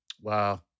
Wow